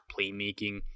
playmaking